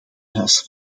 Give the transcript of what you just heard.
huis